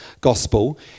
Gospel